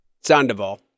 Sandoval